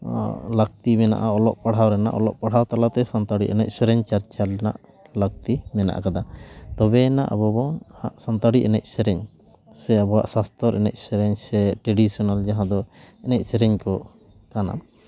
ᱱᱚᱣᱟ ᱞᱟᱹᱠᱛᱤ ᱢᱮᱱᱟᱜᱼᱟ ᱚᱞᱚᱜ ᱯᱟᱲᱦᱟᱣ ᱨᱮᱱᱟᱜ ᱚᱞᱚᱜ ᱯᱟᱲᱦᱟᱣ ᱛᱟᱞᱟᱛᱮ ᱥᱟᱱᱛᱟᱲᱤ ᱮᱱᱮᱡ ᱥᱮᱨᱮᱧ ᱪᱟᱨᱪᱟᱣ ᱨᱮᱱᱟᱜ ᱞᱟᱹᱠᱛᱤ ᱢᱮᱱᱟᱜ ᱠᱟᱫᱟ ᱛᱚᱵᱮ ᱟᱱᱟᱜ ᱟᱵᱚ ᱵᱚᱱ ᱥᱟᱱᱛᱟᱲᱤ ᱮᱱᱮᱡ ᱥᱮᱨᱮᱧ ᱥᱮ ᱟᱵᱚᱣᱟᱜ ᱥᱟᱥᱛᱚᱨ ᱮᱱᱮᱡ ᱥᱮᱨᱮᱧ ᱥᱮ ᱴᱨᱟᱰᱤᱥᱚᱱᱟᱞ ᱡᱟᱦᱟᱸ ᱫᱚ ᱮᱱᱮᱡ ᱥᱮᱨᱮᱧ ᱠᱚ ᱠᱟᱱᱟ